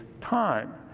time